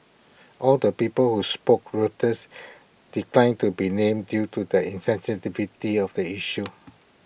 all the people who spoke Reuters declined to be named due to the insensitivity of the issue